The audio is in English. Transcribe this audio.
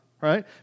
Right